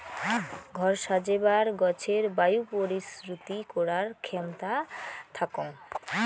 ঘর সাজেবার গছের বায়ু পরিশ্রুতি করার ক্ষেমতা থাকং